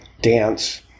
dance